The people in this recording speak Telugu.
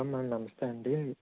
హలో మేడమ్ నమస్తే అండీ